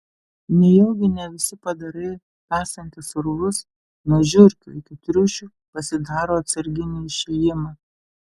nejaugi ne visi padarai kasantys urvus nuo žiurkių iki triušių pasidaro atsarginį išėjimą